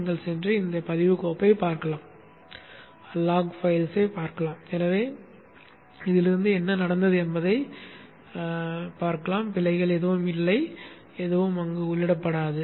நீங்கள் சென்று இந்த பதிவு கோப்பைப் பார்க்கலாம் என்ன நடந்தது என்பதைப் பார்க்கலாம் பிழைகள் எதுவும் இல்லை என்றால் எதுவும் அங்கு உள்ளிடப்படாது